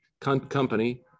company